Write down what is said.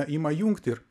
ima jungti ir